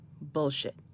Bullshit